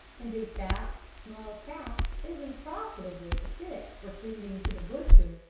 and a fat, small calf isn't profitable to fit for sending to the butcher.